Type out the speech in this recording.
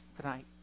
tonight